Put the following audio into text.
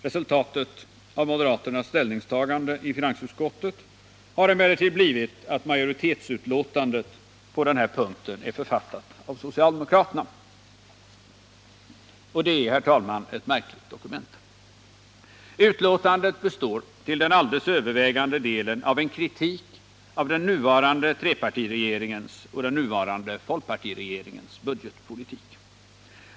Resultatet av moderaternas ställningstagande i finansutskottet har emellertid blivit att majoritetsutlåtandet på den här punkten är författat av socialdemokraterna. Och det är, herr talman, ett märkligt dokument. Utlåtandet består till övervägande delen av en kritik av den tidigare trepartiregeringens och den nuvarande folkpartiregeringens budgetpolitik.